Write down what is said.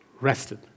rested